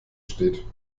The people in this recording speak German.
steht